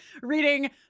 reading